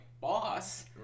boss